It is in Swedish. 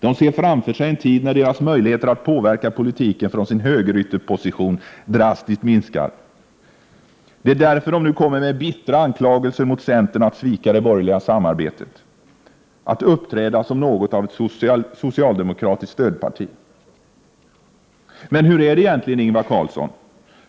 De ser framför sig en tid när deras möjligheter att påverka politiken från sin högerytterposition drastiskt minskar. Det är därför de nu kommer med bittra anklagelser mot centern om att centern sviker det borgerliga samarbetet och uppträder som något av ett socialdemokratiskt stödparti. Men hur är det egentligen, Ingvar Carlsson?